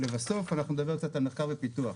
לבסוף, אנחנו נדבר קצת על מחקר ופיתוח.